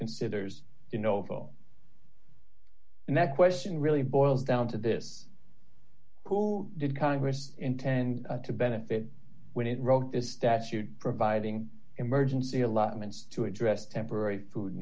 oval and that question really boils down to this who did congress intend to benefit when he wrote his statute providing emergency allotments to address temporary food